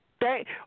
thank